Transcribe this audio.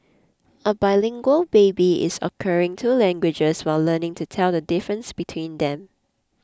a bilingual baby is acquiring two languages while learning to tell the difference between them